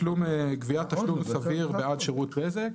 שעוסק בגביית תשלום סביר בעד שירות בזק.